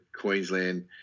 Queensland